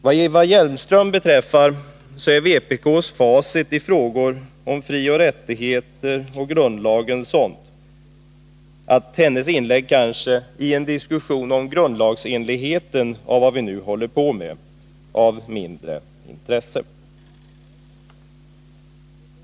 Vad Eva Hjelmström beträffar är vpk:s facit i frågor om frioch rättigheter och grundlagen sådant att hennes inlägg i en diskussion om grundlagsenligheten av vad vi nu håller på med kanske är av mindre intresse.